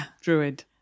druid